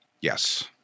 Yes